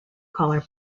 collar